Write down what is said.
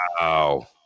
Wow